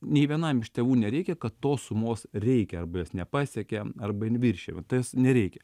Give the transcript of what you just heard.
nei vienam iš tėvų nereikia kad tos sumos reikia arba jos nepasiekia arba jin viršija va tas nereikia